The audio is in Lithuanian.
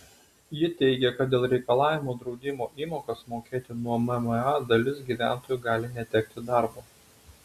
ji teigė kad dėl reikalavimo draudimo įmokas mokėti nuo mma dalis gyventojų gali netekti darbo